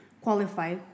qualify